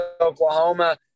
oklahoma